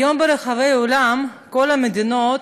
היום ומחר ברחבי העולם כל המדינות